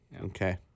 Okay